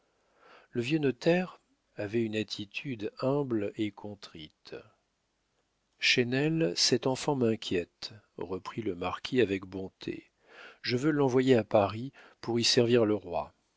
le vieux notaire avait une attitude humble et contrite chesnel cet enfant m'inquiète reprit le marquis avec bonté je veux l'envoyer à paris pour y servir le roi